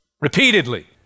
repeatedly